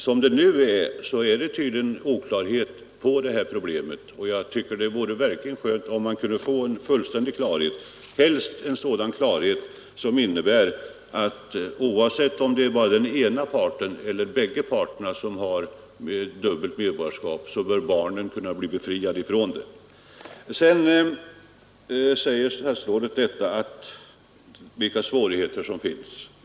Som det nu är råder tydligen oklarhet på den här punkten, och jag tycker att det verkligen vore skönt om man kunde få fullständig klarhet — helst en sådan klarhet som innebär att, oavsett om ena parten eller båda parter innehar dubbelt medborgarskap, barnen bör kunna bli befriade från det. Sedan talar statsrådet om vilka svårigheter som finns.